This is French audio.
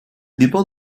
dépend